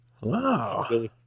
wow